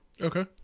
Okay